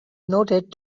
noted